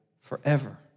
forever